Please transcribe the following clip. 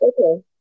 okay